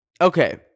Okay